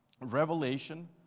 revelation